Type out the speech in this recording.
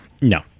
no